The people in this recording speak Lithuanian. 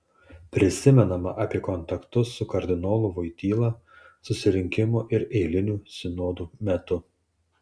prisimenama apie kontaktus su kardinolu voityla susirinkimo ir eilinių sinodų metu